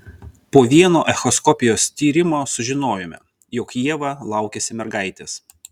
po vieno echoskopijos tyrimo sužinojome jog ieva laukiasi mergaitės